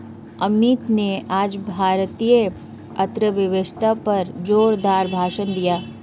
अमित ने आज भारतीय अर्थव्यवस्था पर जोरदार भाषण दिया